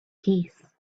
peace